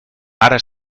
ara